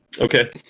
Okay